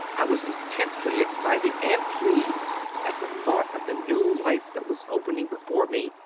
i was intensely excited and pleased at the thought of the new life that was opening before me,